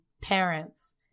parents